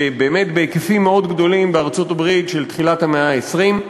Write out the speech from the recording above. באמת בהיקפים מאוד גדולים בארצות-הברית של תחילת המאה ה-20,